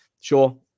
sure